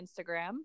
Instagram